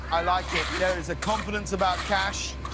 i like it. there is a confidence about cash.